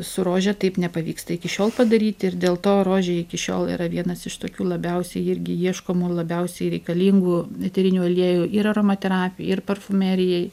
su rože taip nepavyksta iki šiol padaryti ir dėl to rožė iki šiol yra vienas iš tokių labiausiai irgi ieškomų labiausiai reikalingų eterinių aliejų ir aromaterapijai ir parfumerijai